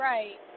Right